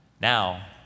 Now